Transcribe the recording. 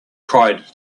cried